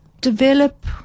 develop